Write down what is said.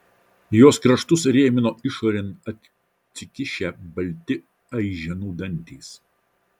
jos kraštus rėmino išorėn atsikišę balti aiženų dantys